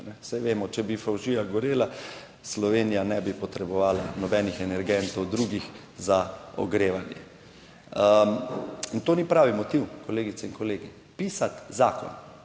Saj vemo, če bi fovšija gorela, Slovenija ne bi potrebovala nobenih energentov, drugih za ogrevanje. In to ni pravi motiv, kolegice in kolegi. Pisati zakon